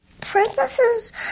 Princesses